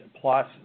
Plus